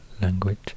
language